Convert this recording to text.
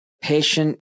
patient